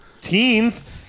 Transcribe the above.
teens